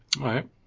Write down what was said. right